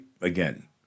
Again